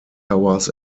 moat